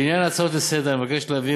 לעניין ההצעות לסדר-היום אני מבקש להבהיר,